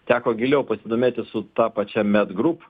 teko giliau pasidomėti su ta pačia med group